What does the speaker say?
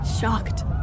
Shocked